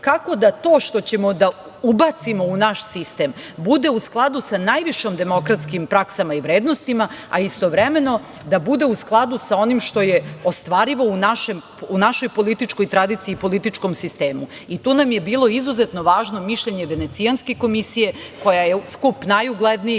Kako da to što ćemo da ubacimo u naš sistem bude u skladu sa najvišim demokratskim praksama i vrednostima, a istovremeno da bude u skladu sa onim što je ostvarivo u našoj političkoj tradiciji i političkom sistemu. I tu nam je bilo izuzetno važno mišljenje Venecijanske komisije koja je skup najuglednijih